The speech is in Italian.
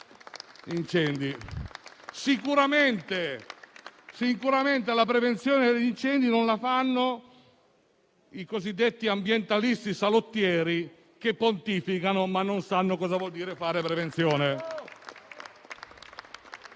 Sicuramente la prevenzione degli incendi non la fanno i cosiddetti ambientalisti salottieri che pontificano, ma non sanno cosa voglia dire fare prevenzione.